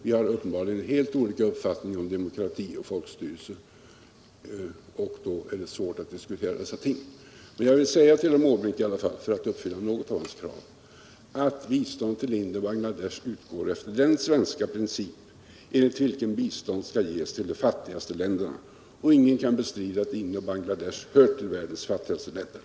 Vi har uppenbarligen helt olika uppfattningar om demokrati och folkstyre, och då är det svårt att diskutera dessa ting. Jag vill dock säga till herr Måbrink, för att i alla fall uppfylla något av hans krav, att bistånd till Indien och Bangladesh utgår efter den svenska princip enligt vilken bistånd skall ges till de fattigaste länderna. Ingen kan bestrida att Indien och Bangladesh hör till världens fattigaste länder.